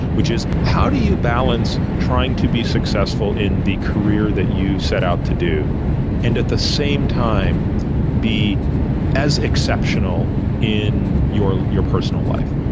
which is how do you balance trying to be successful in the career that you set out to do and at the same time be as exceptional in your your personal life?